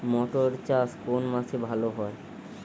মটর চাষ কোন মাসে ভালো হয়?